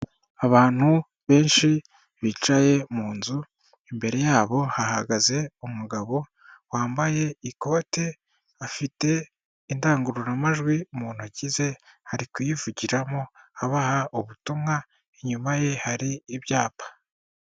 Abantu benshi bicaye mu nzu, imbere yabo hahagaze umugabo wambaye ikote afite indangururamajwi mu ntoki ze, ari kuyivugiramo abaha ubutumwa, inyuma ye hari ibyapa.